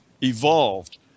evolved